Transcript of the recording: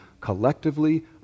collectively